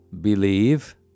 believe